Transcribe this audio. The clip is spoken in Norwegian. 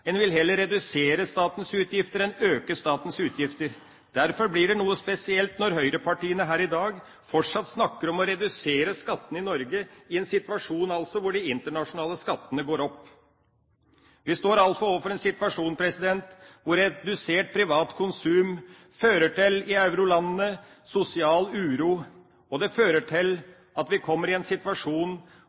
vil heller redusere statens utgifter enn øke statens utgifter. Derfor blir det noe spesielt når høyrepartiene her i dag fortsatt snakker om å redusere skattene i Norge, i en situasjon hvor de internasjonale skattene går opp. Vi står altså overfor en situasjon hvor redusert privat konsum i eurolandene fører til sosial uro. Det fører til at vi kommer i en situasjon